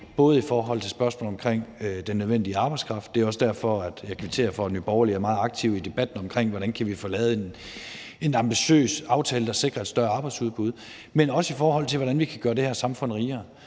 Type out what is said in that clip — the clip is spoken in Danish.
både i forhold til spørgsmålet omkring den nødvendige arbejdskraft – og det er også derfor, at jeg kvitterer for, at Nye Borgerlige er meget aktive i debatten omkring, hvordan vi kan få lavet en ambitiøs aftale, der sikrer et større arbejdsudbud – og i forhold til hvordan vi kan gøre det her samfund rigere.